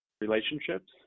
relationships